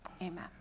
amen